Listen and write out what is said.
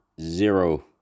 zero